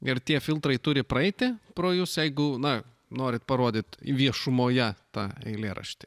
ir tie filtrai turi praeiti pro jus jeigu na norit parodyt viešumoje tą eilėraštį